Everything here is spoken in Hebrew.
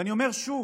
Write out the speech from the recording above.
ואני אומר שוב,